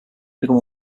become